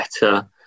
better